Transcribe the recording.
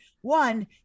One